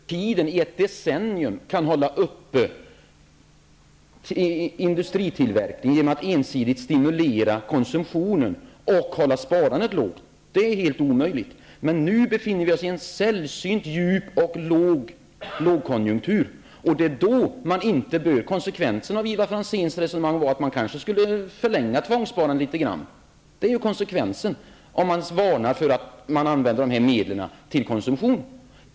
Herr talman! Jag menar inte att man över tiden, i ett decennium, kan hålla uppe industritillverkningen genom att ensidigt stimulera konsumtionen och hålla sparandet på en låg nivå. Det är helt omöjligt. Men nu befinner vi oss i en sällsynt djup lågkonjunktur. Och Ivar Franzéns resonemang, då han varnar för att dessa medel skall användas till konsumtion, gick ut på att man kanske skulle förlänga tvångssparandet litet längre.